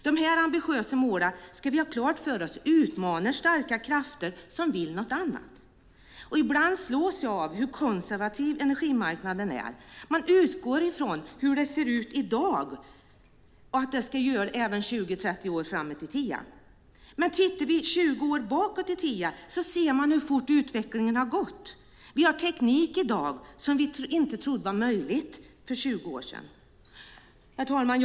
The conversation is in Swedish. Dessa ambitiösa mål ska vi ha klart för oss utmanar starka krafter som vill något annat. Ibland slås jag av hur konservativ energimarknaden är. Man utgår från hur det ser ut i dag och att det ska se ut så även 20-30 år framåt i tiden. Men tittar vi 20 år bakåt i tiden ser vi hur fort utvecklingen har gått. Vi har teknik i dag som vi inte trodde var möjlig för 20 år sedan. Herr talman!